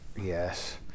Yes